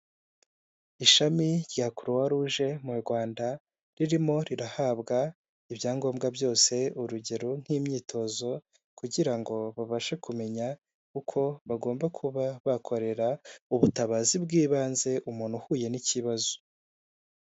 Ishami rya croix rouge mu Rwanda, ririmo rirahabwa ibyangombwa byose, urugero nk'imyitozo kugira ngo babashe kumenya uko bagomba kuba bakorera ubutabazi bw'ibanze umuntu uhuye n'ikibazo.